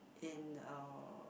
in our